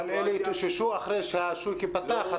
נכון, אבל אלה התאוששו אחרי שהשוק ייפתח.